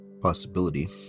possibility